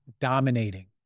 dominating